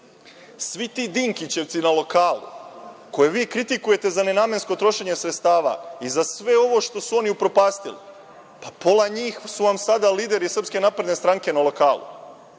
svi ti Dinkićevci na lokalu koje vi kritikujete za nenamensko trošenje sredstava i za sve ovo što su oni upropastili, pa pola njih su vam sada lideri SNS-a na lokalu.